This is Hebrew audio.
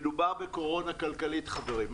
מדובר בקורונה כלכלית, חברים.